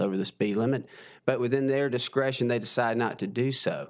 over the speed limit but within their discretion they decide not to do so